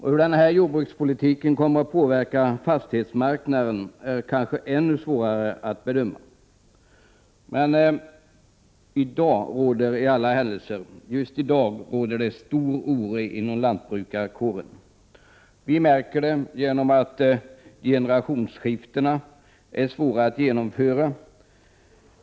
Hur jordbrukspolitiken kommer att påverka fastighetsmarknaden är kanske ännu svårare att bedöma. Just i dag råder i alla händelser stor oro inom lantbrukarkåren. Vi märker detta genom att generationsskiftena är svåra att genomföra.